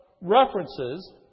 references